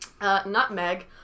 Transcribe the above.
Nutmeg